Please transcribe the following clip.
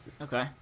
Okay